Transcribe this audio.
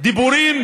דיבורים